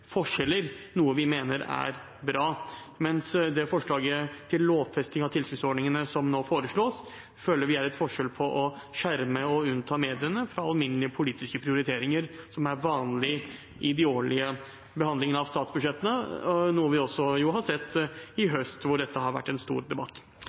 forskjeller, noe vi mener er bra, mens det forslaget til lovfesting av tilskuddsordningene som nå foreslås, føler vi er et forsøk på å skjerme og unnta mediene fra alminnelige politiske prioriteringer som er vanlig i de årlige behandlingene av statsbudsjettet, noe vi jo også har sett i